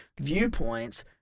viewpoints